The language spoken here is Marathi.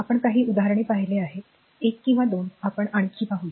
आपण काही उदाहरणे पाहिली आहेत एक किंवा दोन आपण आणखी पाहू